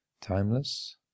timeless